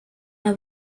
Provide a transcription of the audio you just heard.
are